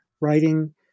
writing